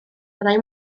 fyddai